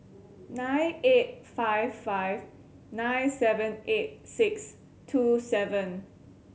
nine eight five five nine seven eight six two seven